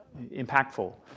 impactful